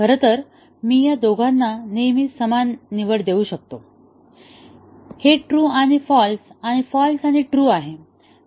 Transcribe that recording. खरं तर मी या दोघांना नेहमी समान निवडू शकतो हे ट्रू आणि फाल्स आणि फाँल्स आणि ट्रू आहे